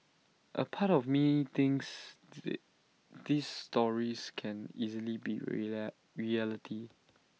A part of me thinks the these stories can easily be reality